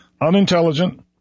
unintelligent